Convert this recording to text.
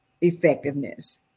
effectiveness